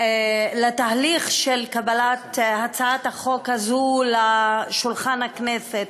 לתהליך של הנחת הצעת החוק הזאת על שולחן הכנסת,